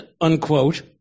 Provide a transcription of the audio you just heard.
unquote